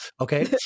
okay